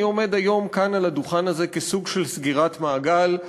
אני עומד היום כאן על הדוכן הזה כסוג של סגירת מעגל,